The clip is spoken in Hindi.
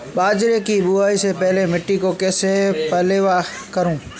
बाजरे की बुआई से पहले मिट्टी को कैसे पलेवा करूं?